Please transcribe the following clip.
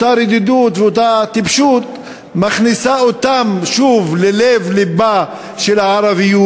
אותה רדידות ואותה טיפשות מכניסות אותם שוב ללב-לבה של הערביות,